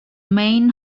main